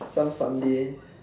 some Sunday